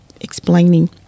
explaining